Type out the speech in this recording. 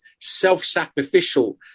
self-sacrificial